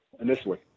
initially